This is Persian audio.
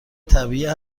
طبیعیه